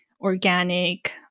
organic